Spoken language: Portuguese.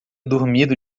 dormido